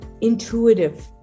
intuitive